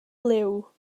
liw